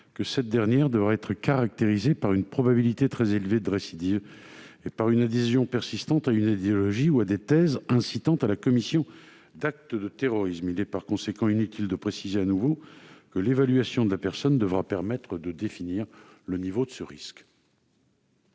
que cette dernière devra être caractérisée par une probabilité très élevée de récidive et par une adhésion persistante à une idéologie ou à des thèses incitant à la commission d'actes de terrorisme. Il est par conséquent inutile de préciser de nouveau que l'évaluation de la personne devra permettre de définir le niveau de ce risque.